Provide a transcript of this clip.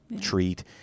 treat